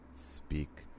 speak